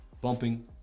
bumping